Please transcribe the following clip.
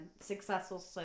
successful